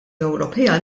ewropea